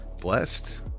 blessed